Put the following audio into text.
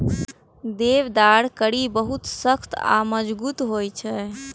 देवदारक कड़ी बहुत सख्त आ मजगूत होइ छै